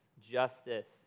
justice